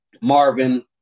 Marvin